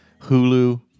Hulu